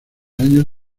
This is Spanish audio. años